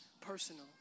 personal